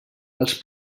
els